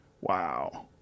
Wow